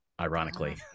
ironically